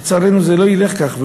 לצערנו זה לא ילך ככה.